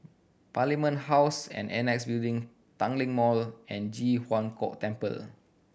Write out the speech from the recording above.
Parliament House and Annexe Building Tanglin Mall and Ji Huang Kok Temple